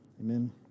Amen